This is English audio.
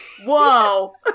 Whoa